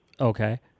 Okay